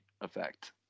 effect